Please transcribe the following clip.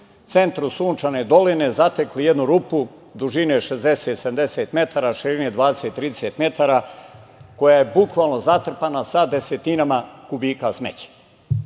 centru Sunčane doline zatekli jednu rupu dužine 60, 70 metara, širine 20, 30 metara, koja je bukvalno zatrpana sa desetinama kubika smeća.